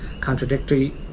contradictory